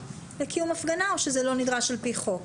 לקיום הפגנה או שזה לא נדרש על פי חוק?